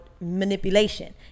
manipulation